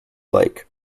like